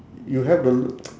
you have the l~